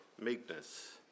meekness